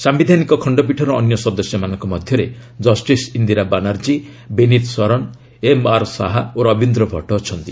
ସାୟିଧାନିକ ଖଣ୍ଡପୀଠର ଅନ୍ୟ ସଦସ୍ୟମାନଙ୍କ ମଧ୍ୟରେ ଜଷ୍ଟିସ୍ ଇନ୍ଦିରା ବାନାର୍ଜୀ ବିନୀତ ଶରନ୍ ଏମ୍ଆର୍ ଶାହା ଓ ରବୀନ୍ଦ୍ର ଭଟ୍ଟ ଅଛନ୍ତି